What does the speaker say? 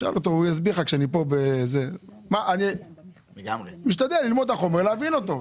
אני משתדל ללמוד את החומר ולהבין אותו.